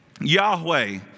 Yahweh